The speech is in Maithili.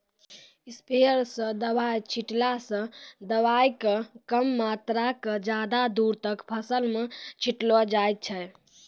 स्प्रेयर स दवाय छींटला स दवाय के कम मात्रा क ज्यादा दूर तक फसल मॅ छिटलो जाय छै